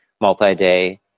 multi-day